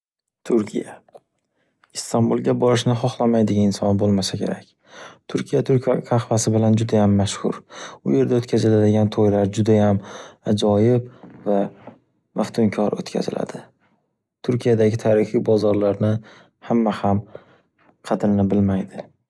Turkiya. Istanbulga borishni xohlamaydigan inson bo’lmasa kerak. Turkiya turk qahvasi bilan judayam mashxur. U yerda o’tkaziladigan to’ylar judayam ajoyib va maftunkor o’tkaziladi. Turkiyadagi tarixiy bozorlarni hamma ham qadrini bilmaydi.